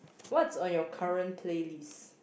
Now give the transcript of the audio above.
what's on your current playlist